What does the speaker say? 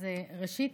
נירה שפק (יש עתיד): אז ראשית,